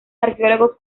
arqueólogos